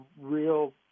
real